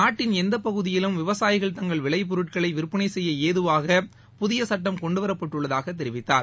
நாட்டின் எந்தப் பகுதியிலும் விவசாயிகள் தங்கள் விளை பொருட்களை விற்பனை செய்ய ஏதுவாக புதிய சுட்டம் கொண்டு வரப்பட்டுள்ளதாகத் தெரிவித்தார்